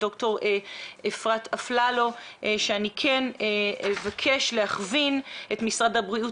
עם דוקטור אפרת אפללו ואני אבקש להכווין את משרד הבריאות